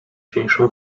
cieńszą